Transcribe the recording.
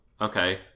okay